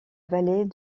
vallée